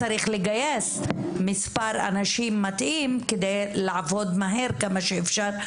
צריך לגייס מספר אנשים מתאים כדי לעבוד מהר כמה שאפשר,